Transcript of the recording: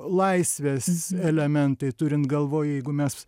laisvės elementai turint galvoj jeigu mes